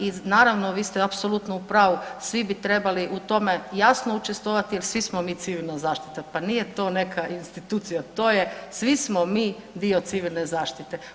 I naravno, vi ste apsolutno u pravu, svi bi trebali u tome jasno učestvovati jer svi smo mi civilna zaštita, pa nije to neka institucija, to je svi smo mi dio civilne zaštite.